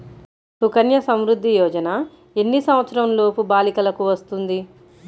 సుకన్య సంవృధ్ది యోజన ఎన్ని సంవత్సరంలోపు బాలికలకు వస్తుంది?